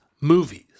movies